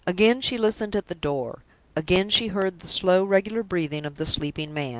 again she listened at the door again she heard the slow, regular breathing of the sleeping man.